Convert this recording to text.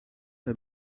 him